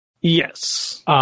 Yes